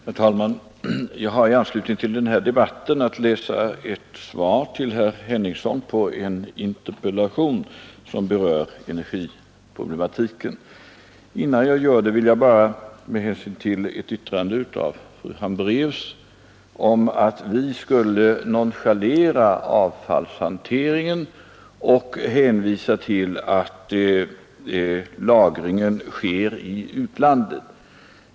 Herr talman! Jag har i anslutning till denna debatt att läsa ett svar till herr Henningsson på en interpellation som berör energiproblematiken. Innan jag gör det vill jag bara beröra ett yttrande av fru Hambraeus om att vi skulle nonchalera avfallshanteringen och hänvisa till att lagringen sker i utlandet.